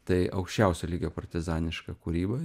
tai aukščiausio lygio partizaniška kūryba ir